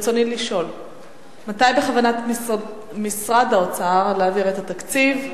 ברצוני לשאול: 1. מתי בכוונת משרד האוצר להעביר את התקציב?